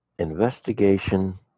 Investigation